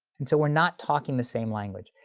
and so we're not talking the same language.